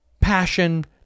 passion